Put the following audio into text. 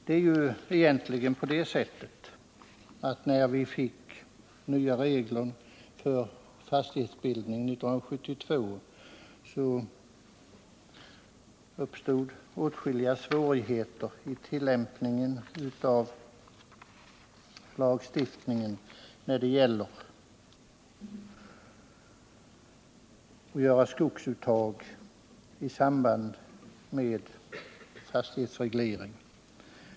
När vi 1972 fick nya regler för fastighetsbildning, uppstod åtskilliga svårigheter vid tillämpningen av lagen då det gällde skogsuttag i samband med fastighetsreglering.